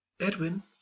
Edwin